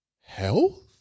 health